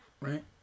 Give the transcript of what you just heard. Right